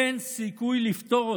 אין סיכוי לפתור אותה.